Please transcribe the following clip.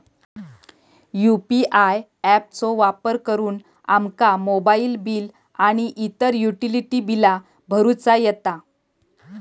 UPI app चो वापर करुन आमका मोबाईल बिल आणि इतर युटिलिटी बिला भरुचा येता